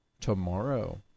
tomorrow